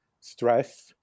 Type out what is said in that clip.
stress